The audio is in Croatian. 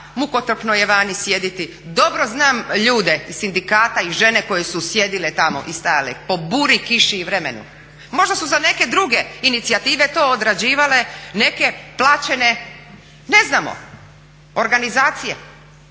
mukotrpno je vani sjediti. Dobro znam ljude iz sindikata i žene koje su sjedile tamo i stajale, po buri, kiši i vremenu. Možda su za neke druge inicijative to odrađivale neke plaćene, ne znamo organizacije,